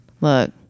Look